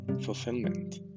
fulfillment